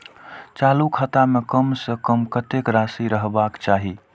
चालु खाता में कम से कम कतेक राशि रहबाक चाही?